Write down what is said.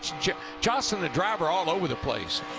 just jostling the driver all over the place.